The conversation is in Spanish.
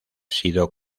sido